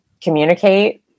communicate